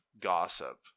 gossip